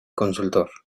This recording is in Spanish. consultor